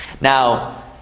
Now